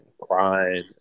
crying